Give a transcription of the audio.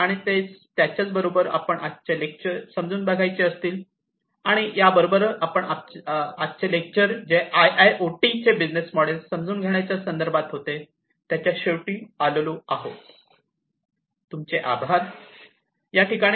आणि याच्याबरोबर आपण आजचे लेक्चर जे आय आय ओ टी चे बिझनेस मोडेल समजून घेण्याच्या संदर्भात होते त्याच्या शेवटी आलेलो आहोत